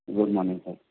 good morning sir